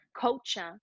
culture